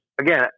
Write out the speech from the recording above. again